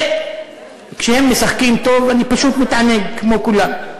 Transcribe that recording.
וכשהם משחקים טוב, אני פשוט מתענג, כמו כולם.